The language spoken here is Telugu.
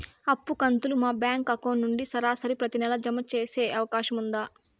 అప్పు కంతులు మా బ్యాంకు అకౌంట్ నుంచి సరాసరి ప్రతి నెల జామ సేసే అవకాశం ఉందా?